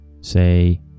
say